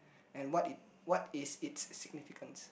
and what it what is it significance